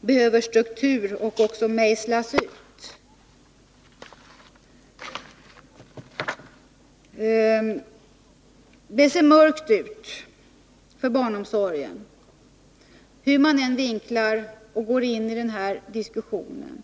behöver mejslas ut och få struktur. Det ser mörkt ut för barnomsorgen, hur man än vinklar problemen och går ini diskussionen.